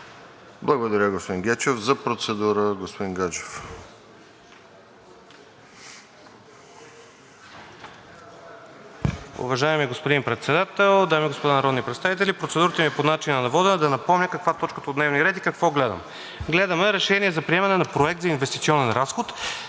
Благодаря, господин Гечев. За процедура – господин Гаджев.